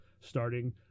starting